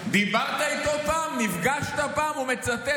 תגיד,